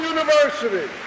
University